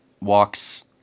walks